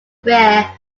bear